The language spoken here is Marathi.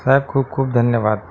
साहेब खूप खूप धन्यवाद